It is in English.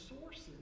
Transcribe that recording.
sources